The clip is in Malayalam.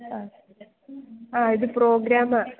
ആ ആ ഇത് പ്രോഗ്രാമാണ്